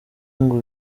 ngo